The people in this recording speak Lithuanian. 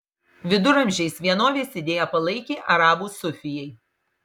viduramžiais vienovės idėją palaikė arabų sufijai